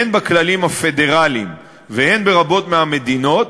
הן בכללים הפדרליים והן ברבות מהמדינות,